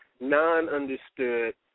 Non-understood